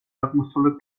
აღმოსავლეთ